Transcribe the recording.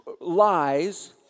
lies